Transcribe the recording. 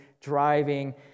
driving